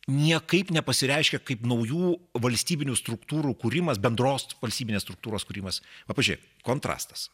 niekaip nepasireiškia kaip naujų valstybinių struktūrų kūrimas bendros valstybinės struktūros kūrimas va pažiūrėk kontrastas